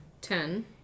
ten